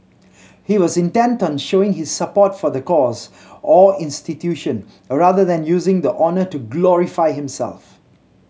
he was intent on showing his support for the cause or institution rather than using the honour to glorify himself